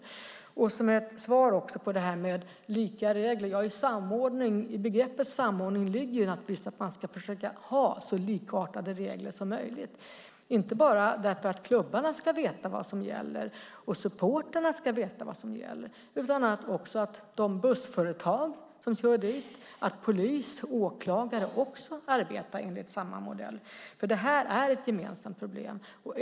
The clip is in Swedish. Som ett svar också på frågan om lika regler vill jag säga att i begreppet samordning ligger att man ska försöka ha så likartade regler som möjligt, inte bara därför att klubbarna ska veta vad som gäller och supportrarna ska veta vad som gäller utan också för att de bussföretag som kör dit samt polis och åklagare också ska arbeta enligt samma modell. Det här är ett gemensamt problem.